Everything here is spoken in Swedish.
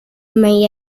mig